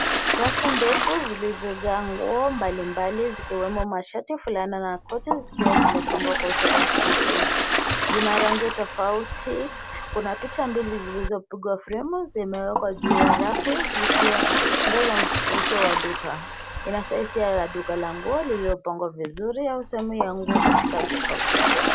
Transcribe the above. Rafu ndefu zilizojaa nguo mbali mbali zikiwemo mashati, fulana na koti zikiwa zimepangwa kwa utaratibu. Zina rangi tofauti. Kuna picha mbili zilizopigwa fremu, zimewekwa juu ya rafu zikiwa zikiongeza mvuto wa duka. Inatoa hisia ya duka la nguo lililopangwa vizuri au sehemu ya nguo katika duka kubwa.